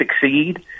succeed